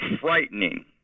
frightening